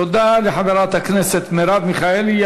תודה לחברת הכנסת מרב מיכאלי.